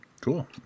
Cool